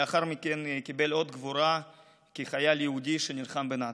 לאחר מכן הוא קיבל אות גבורה כחייל יהודי שנלחם בנאצים.